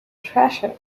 treasure